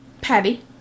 Patty